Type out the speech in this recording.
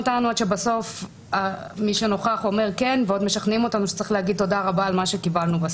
אנחנו נמשיך את